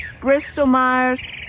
Bristol-Myers